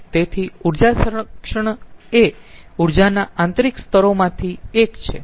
તેથી ઊર્જા સંરક્ષણનાએ ઊર્જાના આંતરિક સ્તરોમાંથી એક છે